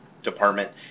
department